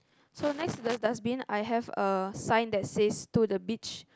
so next to the dustbin I have a sign that says to the beach